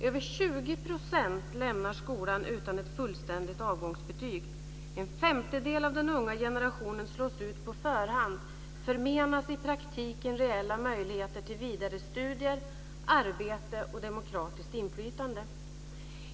Över 20 % lämnar skolan utan ett fullständigt avgångsbetyg. En femtedel av den unga generationen slås ut på förhand, förmenas i praktiken reella möjligheter till vidare studier, arbete och demokratiskt inflytande.